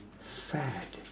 fad